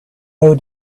owe